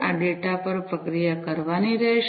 આ ડેટા પર પ્રક્રિયા કરવાની રહેશે